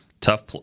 tough